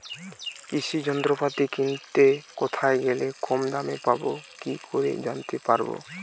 কৃষি যন্ত্রপাতি কিনতে কোথায় গেলে কম দামে পাব কি করে জানতে পারব?